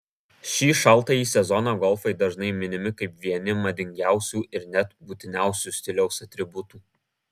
šį šaltąjį sezoną golfai dažnai minimi kaip vieni madingiausių ir net būtiniausių stiliaus atributų